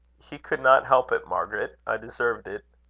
he could not help it, margaret. i deserved it.